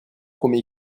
come